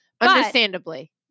Understandably